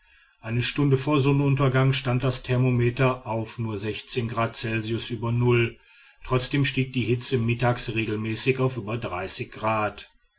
eine stunde vor sonnenaufgang stand das thermometer auf nur grad celsius über null trotzdem stieg die hitze mittags regelmäßig auf über grad